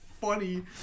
funny